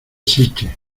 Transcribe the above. sitges